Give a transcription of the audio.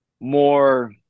more